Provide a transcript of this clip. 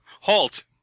halt